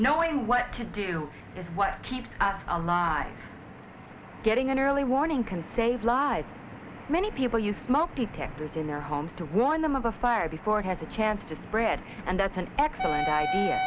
knowing what to do is what keeps us alive getting an early warning can save lives many people use smoke detectors in their homes to warn them of a fire before it has a chance to spread and that's an excellent